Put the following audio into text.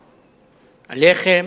הלחם,